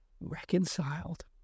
reconciled